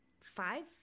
five